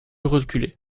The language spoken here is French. reculer